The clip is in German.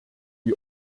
die